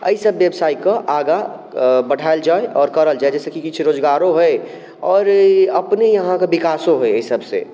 एहिसब व्यवसायके आगाँ बढ़ायल जाय आओर करल जाय जाहिसॅं कि किछु रोजगारो होइ आओर ई अपने अहाँके विकासो होइ अय सबसे